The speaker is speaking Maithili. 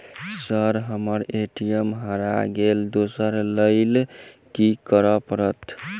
सर हम्मर ए.टी.एम हरा गइलए दोसर लईलैल की करऽ परतै?